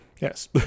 Yes